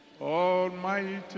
almighty